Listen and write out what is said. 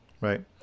Right